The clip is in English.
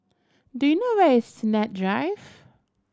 do you know where is Sennett Drive